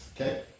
okay